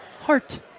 Heart